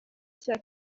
cya